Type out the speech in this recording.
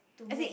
as in it